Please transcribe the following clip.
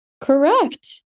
correct